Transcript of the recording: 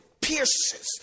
pierces